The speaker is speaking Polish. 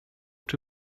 czy